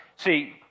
See